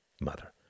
mother